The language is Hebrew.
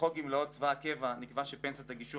בחוק גמלאות צבא הקבע נקבע שפנסיית הגישור